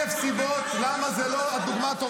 אתה עכשיו יכול למצוא אלף סיבות למה זו לא דוגמה טובה.